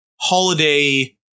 holiday